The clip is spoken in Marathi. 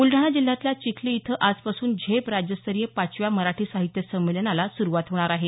ब्लडाणा जिल्ह्यातल्या चिखली इथं आजपासून झेप राज्यस्तरीय पाचव्या मराठी साहित्य संमेलनाला सुरुवात होणार आहे